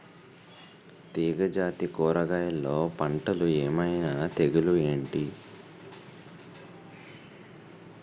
తీగ జాతి కూరగయల్లో పంటలు ఏమైన తెగులు ఏంటి?